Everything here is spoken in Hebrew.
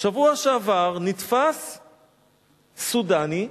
בשבוע שעבר נתפס סודני,